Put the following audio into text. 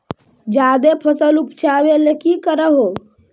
जादे फसल उपजाबे ले की कर हो?